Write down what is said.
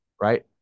Right